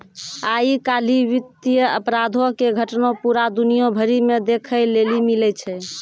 आइ काल्हि वित्तीय अपराधो के घटना पूरा दुनिया भरि मे देखै लेली मिलै छै